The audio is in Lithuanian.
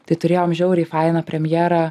tai turėjom žiauriai fainą premjerą